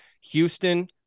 Houston